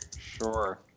Sure